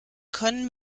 können